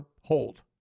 hold